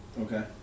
Okay